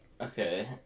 Okay